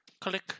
click